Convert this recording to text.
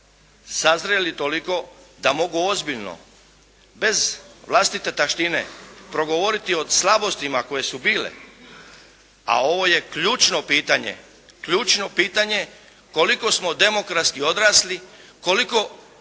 sazrjeli toliko da mogu ozbiljno bez vlastite taštine progovoriti o slabostima koje su bile, a ovo je ključno pitanje koliko smo demokratski odrasli, koliko